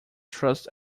thrust